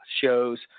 shows